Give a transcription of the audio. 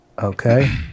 Okay